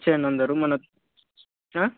వచ్చేయండి అందరూ మన